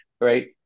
right